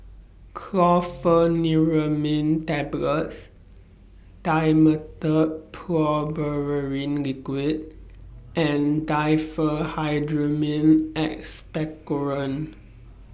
Chlorpheniramine Tablets Dimetapp Brompheniramine Liquid and Diphenhydramine Expectorant